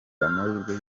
amahirwe